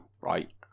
right